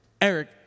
Eric